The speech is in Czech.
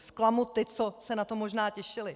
Zklamu ty, co se na to možná těšili.